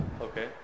Okay